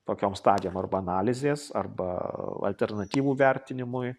tokiom stadijom arba analizės arba alternatyvų vertinimui